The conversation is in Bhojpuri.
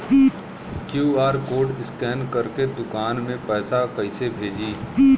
क्यू.आर कोड स्कैन करके दुकान में पैसा कइसे भेजी?